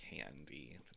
Candy